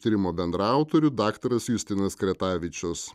tyrimo bendraautorių daktaras justinas kretavičius